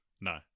No